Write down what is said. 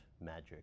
Magic